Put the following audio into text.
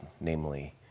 namely